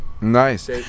Nice